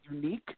unique